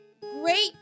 great